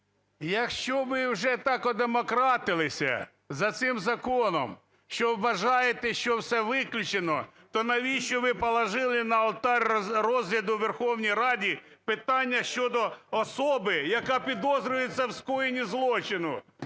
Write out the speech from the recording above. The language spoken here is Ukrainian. Якщо ми вже так одемократилися за цим законом, що вважаєте, що все виключено, то навіщо ви положили на алтарь розгляду в Верховній Раді питання щодо особи, яка підозрюється в скоєнні злочину?